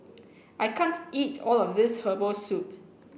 I can't eat all of this Herbal Soup